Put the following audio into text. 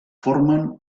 formen